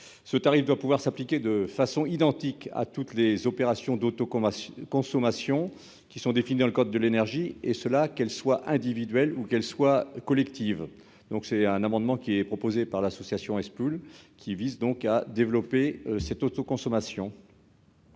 ce tarif doit pouvoir s'appliquer de façon identique à toutes les opérations d'autocollants consommation qui sont définies dans le code de l'énergie, et cela, qu'elle soit individuelle ou qu'elle soit collective, donc c'est un amendement qui est proposée par l'association s qui vise donc à développer cette auto-consommation.